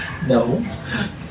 No